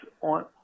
on